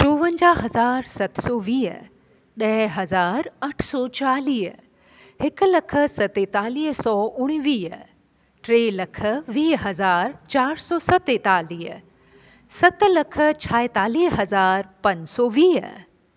चोवंजाह हज़ार सत सौ वीह ॾह हज़ार अठ सौ चालीह हिकु लखु सतेतालीह सौ उणिवीह टे लख वीह हज़ार चार सौ सतेतालीह सत लख छाहितालीह हज़ार पंज सौ वीह